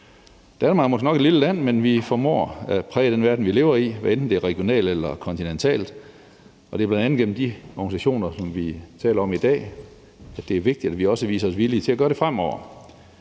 Danmark er måske nok et lille land, men vi formår at præge den verden, vi lever i, hvad enten det er regionalt eller kontinentalt, og det er bl.a. gennem de organisationer, som vi taler om i dag, at det er vigtigt, at vi også viser os villige til at gøre det fremover.